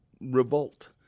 revolt